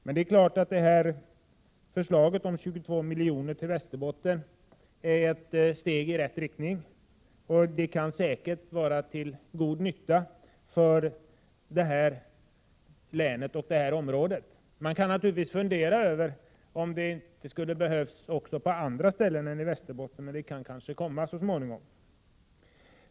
Men det är klart att förslaget om att 22 milj.kr. skall anslås för Västerbotten är ett steg i rätt riktning, och det kan säkert vara till god nytta för länet och för hela området. Man kan naturligtvis fundera över om det inte skulle ha behövts pengar också på annat håll än i Västerbotten, men det kan kanske komma ytterligare pengar så småningom.